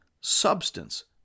substance